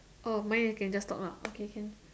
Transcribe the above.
oh mine is can just talk lah okay can